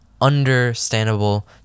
understandable